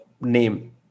name